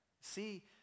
See